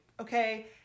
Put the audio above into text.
okay